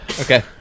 Okay